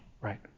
right